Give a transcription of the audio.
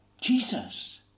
Jesus